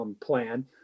plan